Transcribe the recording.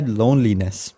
loneliness